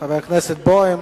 חבר הכנסת בוים.